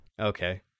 okay